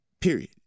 period